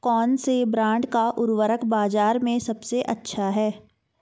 कौनसे ब्रांड का उर्वरक बाज़ार में सबसे अच्छा हैं?